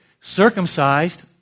Circumcised